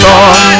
Lord